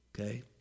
Okay